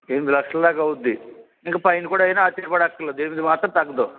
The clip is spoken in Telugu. ఎనిమిది లక్షల దాకా అవ్వుద్ది ఇంక పైన కూడా అయినా ఆశ్చర్య పడక్కర్లేదు ఎనిమిది మాత్రం తగ్గదు